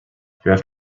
have